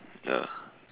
ya